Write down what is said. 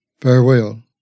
Farewell